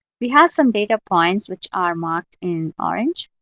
we have some data points, which are marked in orange.